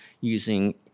using